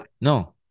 no